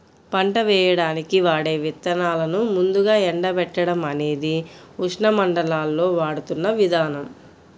పంట వేయడానికి వాడే విత్తనాలను ముందుగా ఎండబెట్టడం అనేది ఉష్ణమండలాల్లో వాడుతున్న విధానం